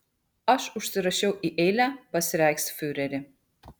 aš užsirašiau į eilę pas reichsfiurerį